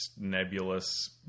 nebulous